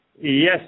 yes